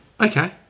Okay